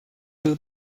who